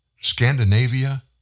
Scandinavia